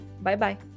Bye-bye